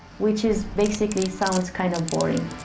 which is basically sounds kind of boring.